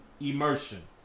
immersion